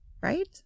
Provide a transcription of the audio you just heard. right